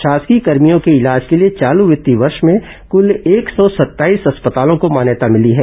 शासकीय कर्भियों के इलाज के लिए चालू वित्तीय वर्ष में कल एक सौ सत्ताईस अस्पतालों को मान्यता मिली है